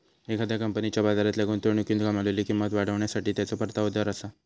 एखाद्या कंपनीच्या बाजारातल्या गुंतवणुकीतून कमावलेली किंमत वाढवण्यासाठी त्याचो परतावा दर आसा